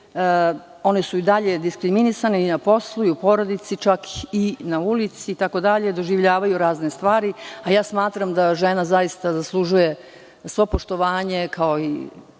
one su i dalje diskriminisane i na poslu i u porodici, čak i na ulici, doživljavaju razne stvari itd, a ja smatram da žena zaista zaslužuje svo poštovanje. Kao i